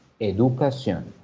educación